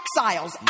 exiles